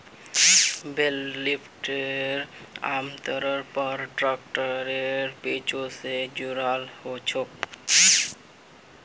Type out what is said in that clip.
बेल lifter आमतौरेर पर ट्रैक्टरेर पीछू स जुराल ह छेक